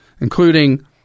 including